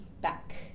back